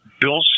Bill